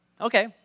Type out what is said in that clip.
Okay